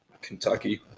Kentucky